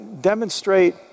demonstrate